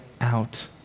out